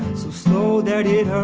so slow that it